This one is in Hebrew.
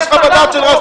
יש חוות דעת של רז